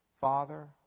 Father